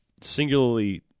singularly